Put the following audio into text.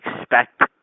expect